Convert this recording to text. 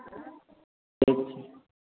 hello